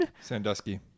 sandusky